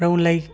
र उनलाई